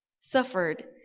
suffered